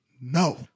No